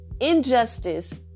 injustice